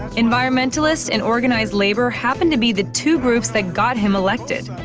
environmentalists and organized labor happen to be the two groups that got him elected.